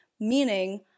meaning